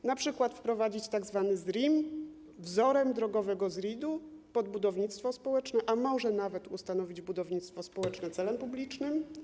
Można wprowadzić tzw. ZRIM, wzorem drogowego ZRID-u, pod budownictwo społeczne, a może nawet ustanowić budownictwo społeczne celem publicznym.